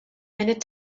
minute